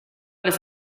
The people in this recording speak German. das